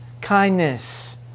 kindness